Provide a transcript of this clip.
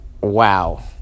wow